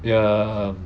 ya